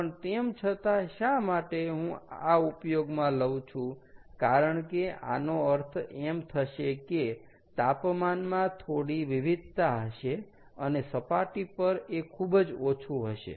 પણ તેમ છતાં શા માટે હું આ ઉપયોગમાં લઉં છું કારણ કે આનો અર્થ એમ થશે કે તાપમાનમાં થોડી વિવિધતા હશે અને સપાટી પર એ ખૂબ જ ઓછું હશે